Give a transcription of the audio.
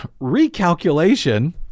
recalculation